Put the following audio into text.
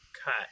Cut